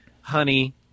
honey